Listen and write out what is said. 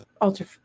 ultra